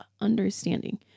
understanding